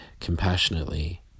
compassionately